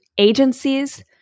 agencies